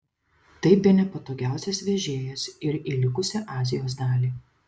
tai bene patogiausias vežėjas ir į likusią azijos dalį